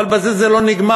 אבל בזה זה לא נגמר.